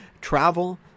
travel